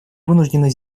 вынуждены